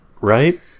Right